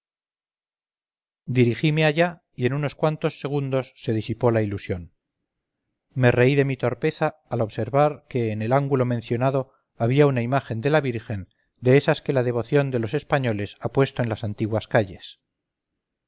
dirigime allá y en unos cuantos segundos se disipó la ilusión me reí de mi torpeza al observar que en el ángulo mencionado había una imagen de la virgen de esas que la devoción de los españoles ha puesto en las antiguas calles